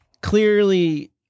clearly